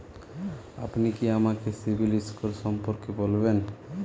আপনি কি আমাকে সিবিল স্কোর সম্পর্কে বলবেন?